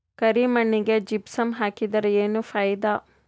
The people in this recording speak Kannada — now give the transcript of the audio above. ಕರಿ ಮಣ್ಣಿಗೆ ಜಿಪ್ಸಮ್ ಹಾಕಿದರೆ ಏನ್ ಫಾಯಿದಾ?